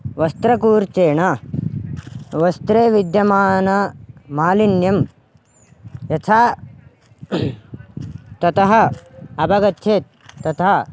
वस्त्रकूर्चेण वस्त्रे विद्यमानमालिन्यं यथा ततः अवगच्छेत् तथा